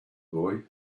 boy